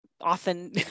often